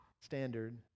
standard